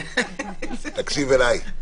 תקשיב לי.